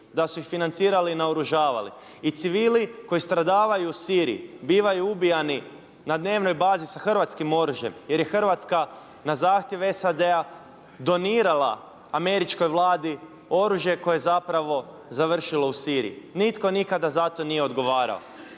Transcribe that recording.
da su ih financirali i naoružavali. I civili koji stradavaju u Siriji bivaju ubijani na dnevnoj bazi sa hrvatskim oružjem jer je Hrvatska na zahtjev SAD-a donirala Američkoj vladi oružje koje je zapravo završilo u Siriji. Nitko nikada za to nije odgovarao.